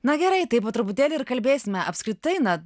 na gerai tai po truputėlį ir kalbėsime apskritai na